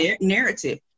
narrative